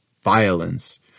violence